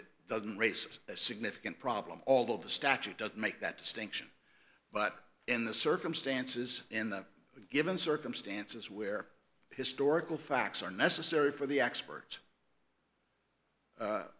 that doesn't raise a significant problem although the statute does make that distinction but in the circumstances in the given circumstances where historical facts are necessary for the expert